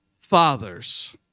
fathers